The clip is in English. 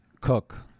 cook